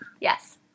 Yes